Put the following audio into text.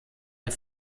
der